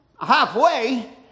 halfway